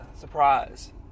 surprise